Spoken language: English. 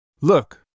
Look